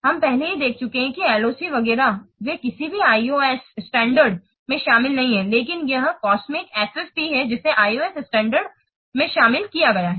हम पहले ही देख चुके हैं कि ये LOCs वगैरह वे किसी भी ISO स्टैण्डर्ड में शामिल नहीं हैं लेकिन यह COSMIC FFPs है जिसे ISO स्टैण्डर्ड ISO standard में शामिल किया गया है